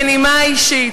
בנימה אישית,